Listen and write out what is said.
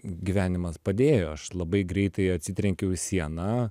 gyvenimas padėjo aš labai greitai atsitrenkiau į sieną